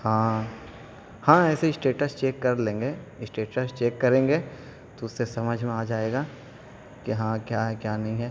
ہاں ہاں ایسے اشٹیٹس چیک کر لیں گے اشٹیٹش چیک کریں گے تو اس سے سمجھ میں آ جائے گا کہ ہاں کیا ہے کیا نہیں ہے